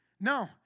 No